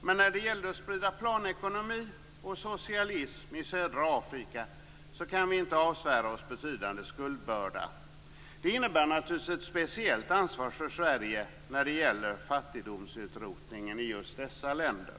Men när det gällde att sprida planekonomi och socialism i södra Afrika kan vi inte avsvära oss en betydande skuldbörda. Detta innebär naturligtvis ett speciellt ansvar för Sverige när det gäller fattigdomsutrotningen i just dessa länder.